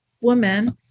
woman